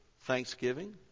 thanksgiving